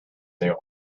their